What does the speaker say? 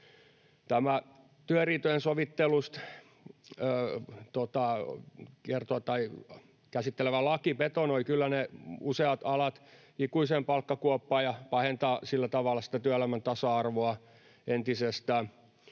Tämä työriitojen sovittelua käsittelevä laki betonoi kyllä ne useat alat ikuiseen palkkakuoppaan ja pahentaa sillä tavalla sitä työelämän tasa-arvoa entisestään